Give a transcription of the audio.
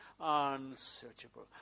unsearchable